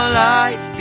life